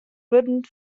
wurden